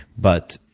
but